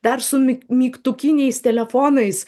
dar su myg mygtukiniais telefonais